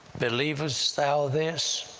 believest thou this?